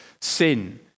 sin